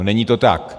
Není to tak.